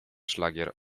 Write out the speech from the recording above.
szlagier